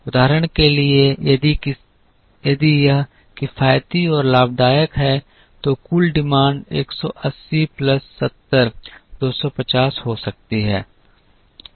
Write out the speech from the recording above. उदाहरण के लिए यदि यह किफायती और लाभदायक है तो कुल मांग 180 प्लस 70 250 हो सकती है